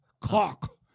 Cock